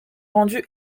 rendu